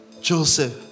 Joseph